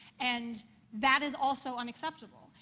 and that is also unacceptable.